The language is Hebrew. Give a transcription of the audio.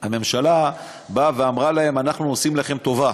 הממשלה באה ואמרה להם: אנחנו עושים לכם טובה.